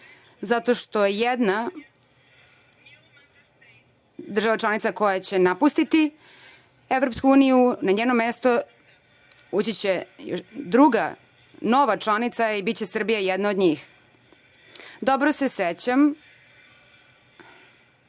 zato što je jedna država članica koja će napustiti EU, na njeno mesto ući će druga, nova članica EU i biće Srbija jedna od njih. Dobro se sećam